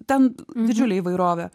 ten didžiulė įvairovė